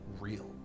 real